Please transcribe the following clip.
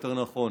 יותר נכון,